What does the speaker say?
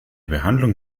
behandlung